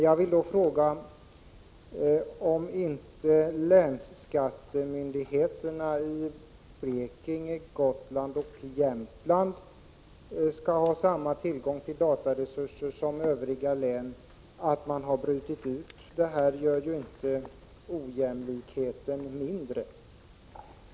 Jag vill då fråga om inte länsskattemyndigheterna i Blekinge, Gotland och Jämtland skall ha samma tillgång till datorresurser som övriga län — att man har brutit ut länsskattemyndigheterna gör ju inte ojämlikheten mindre.